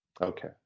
okay